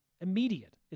Immediate